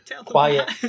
Quiet